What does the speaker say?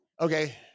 okay